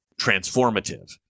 transformative